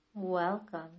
Welcome